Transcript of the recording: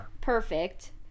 Perfect